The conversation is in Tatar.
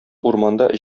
урманда